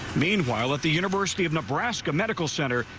meanwhile at the university of nebraska medical center,